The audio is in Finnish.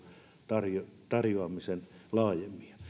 tarjoamisen tarjoamisen laajemmin